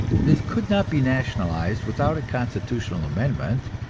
these could not be nationalized without a constitutional amendment,